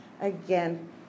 again